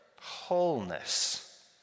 wholeness